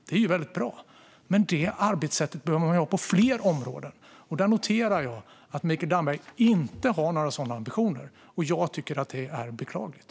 Det är ju väldigt bra, men detta arbetssätt behöver man ha på fler områden. Jag noterar att Mikael Damberg inte har några sådana ambitioner. Jag tycker att det är beklagligt.